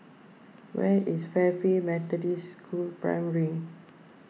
where is Fairfield Methodist School Primary